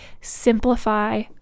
simplify